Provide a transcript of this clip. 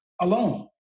alone